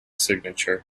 signature